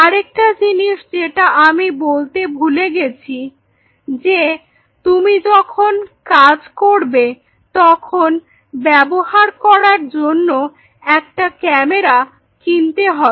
আরেকটা জিনিস যেটা আমি বলতে ভুলে গেছি যে তুমি যখন কাজ করবে তখন ব্যবহার করার জন্য একটা ক্যামেরা কিনতে হবে